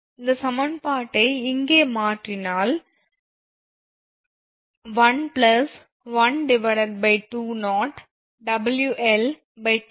இந்த சமன்பாட்டை இங்கே மாற்றினால் 112